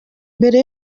mbere